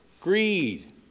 greed